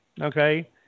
okay